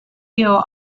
leader